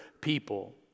people